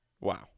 Wow